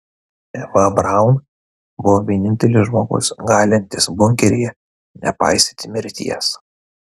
eva braun buvo vienintelis žmogus galintis bunkeryje nepaisyti mirties